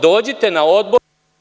Dođite na odbor